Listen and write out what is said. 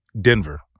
Denver